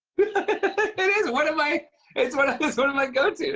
it is one of my it's one of sort of my go-tos. yeah.